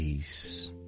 Peace